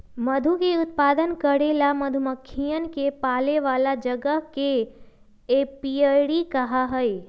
मधु के उत्पादन करे ला मधुमक्खियन के पाले वाला जगह के एपियरी कहा हई